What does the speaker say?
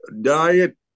diet